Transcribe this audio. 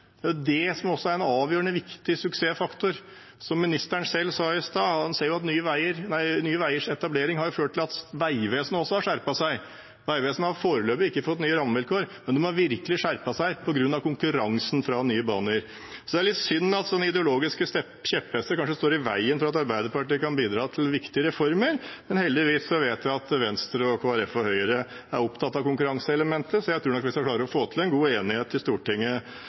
Det er også en avgjørende viktig suksessfaktor. Som ministeren selv sa i sted, ser han at Nye Veiers etablering har ført til at Vegvesenet også har skjerpet seg. Vegvesenet har foreløpig ikke fått nye rammevilkår, men de har virkelig skjerpet seg på grunn av konkurransen fra Nye Veier. Det er litt synd at ideologiske kjepphester kanskje står i veien for at Arbeiderpartiet kan bidra til viktige reformer. Heldigvis vet vi at Venstre, Kristelig Folkeparti og Høyre er opptatt av konkurranseelementet, så jeg tror nok vi, når den tid endelig kommer, skal få til en god enighet i Stortinget